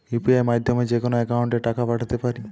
UPI মাধ্যমে যেকোনো একাউন্টে টাকা পাঠাতে পারি?